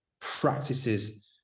practices